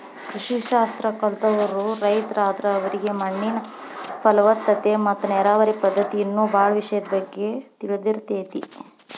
ಕೃಷಿ ಶಾಸ್ತ್ರ ಕಲ್ತವ್ರು ರೈತರಾದ್ರ ಅವರಿಗೆ ಮಣ್ಣಿನ ಫಲವತ್ತತೆ ಮತ್ತ ನೇರಾವರಿ ಪದ್ಧತಿ ಇನ್ನೂ ಬಾಳ ವಿಷಯದ ಬಗ್ಗೆ ತಿಳದಿರ್ತೇತಿ